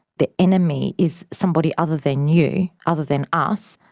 the enemy is somebody other than you, other than us,